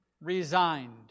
resigned